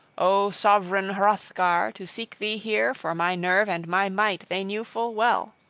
o sovran hrothgar, to seek thee here, for my nerve and my might they knew full well.